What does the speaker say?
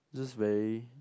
just very